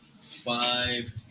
Five